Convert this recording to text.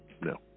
No